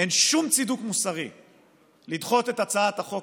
אין שום צידוק מוסרי לדחות את הצעת החוק